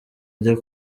ajya